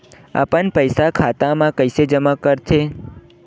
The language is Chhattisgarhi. अपन पईसा खाता मा कइसे जमा कर थे?